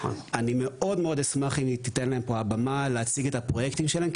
אני אשמח אם תיתן להם במה להציג את הפרויקטים שלהם,